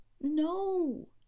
No